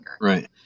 Right